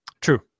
True